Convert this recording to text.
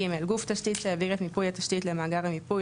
גוף תשתית שהעביר את מיפוי התשתית למאגר המיפוי,